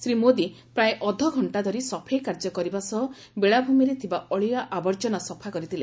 ଶ୍ରୀ ମୋଦି ପ୍ରାୟ ଅଧଘକ୍କା ଧରି ସଫେଇ କାର୍ଯ୍ୟ କରିବା ସହ ବେଳାଭ୍ରମିରେ ଥିବା ଅଳିଆ ଆବର୍କନା ସଫା କରିଥିଲେ